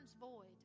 void